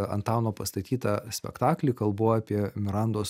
antano pastatytą spektaklį kalbu apie mirandos